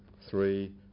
Three